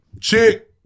Chick